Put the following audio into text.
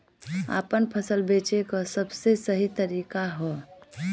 आपन फसल बेचे क सबसे सही तरीका का ह?